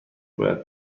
باید